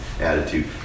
attitude